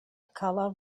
color